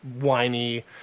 whiny